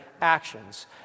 actions